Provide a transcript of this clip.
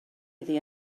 iddi